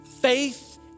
faith